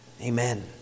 Amen